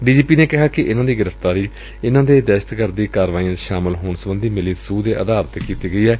D G P ਨੇ ਕਿਹਾ ਕਿ ਇਨਾਂ ਦੀ ਗ੍ਰਿਫ਼ਤਾਰੀ ਇਨਾਂ ਦੇ ਦਹਿਸ਼ਤਗਰਦ ਕਾਰਵਾਈਆਂ ਚ ਸ਼ਾਮਲ ਹੋਣ ਸਬੰਧੀ ਮਿਲੀ ਸੂਹ ਦੇ ਆਧਾਰ ਡੇ ਕੀਡੀ ਗਈ ਏ